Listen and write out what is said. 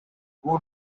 good